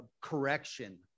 correction